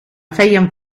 feien